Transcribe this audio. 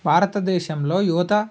భారతదేశంలో యువత